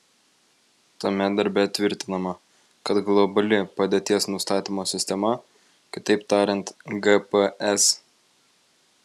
tame darbe tvirtinama kad globali padėties nustatymo sistema kitaip tariant gps